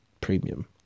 Premium